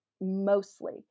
mostly